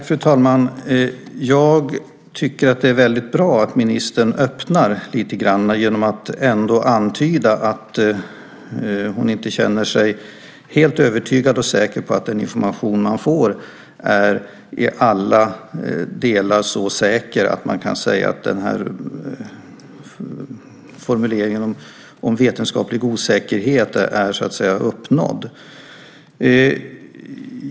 Fru talman! Jag tycker att det är väldigt bra att ministern öppnar lite grann genom att ändå antyda att hon inte känner sig helt övertygad och säker på att den information man får är i alla delar så säker att man kan säga att formuleringen om vetenskaplig osäkerhet så att säga är uppnådd.